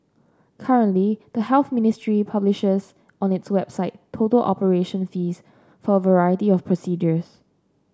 currently the Health Ministry publishes on its website total operation fees for a variety of procedures